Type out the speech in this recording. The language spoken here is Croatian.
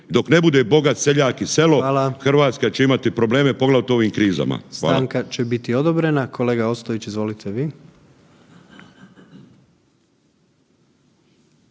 dok ne bude bogat seljak i selo Hrvatska će imati probleme poglavito u ovim krizama.